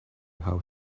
how